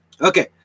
okay